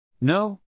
No